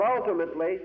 ultimately